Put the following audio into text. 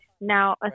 Now